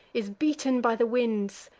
is beaten by the winds,